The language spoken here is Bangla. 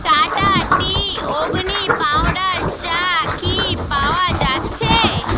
টাটা টি অগ্নি পাউডার চা কি পাওয়া যাচ্ছে